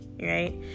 right